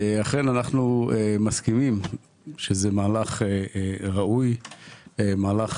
אכן אנחנו מסכימים שזה מהלך ראוי מהלך,